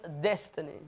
destiny